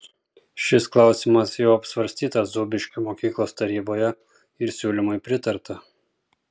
šis klausimas jau apsvarstytas zūbiškių mokyklos taryboje ir siūlymui pritarta